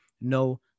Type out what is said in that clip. no